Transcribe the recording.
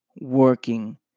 working